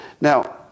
Now